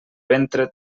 ventre